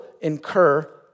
incur